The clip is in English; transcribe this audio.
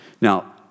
Now